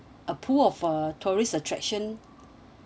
a pool of uh tourist attraction